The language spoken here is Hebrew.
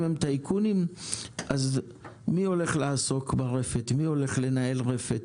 אם הם טייקונים אז מי הולך לנהל רפת?